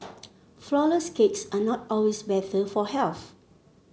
flourless cakes are not always better for health